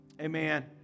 Amen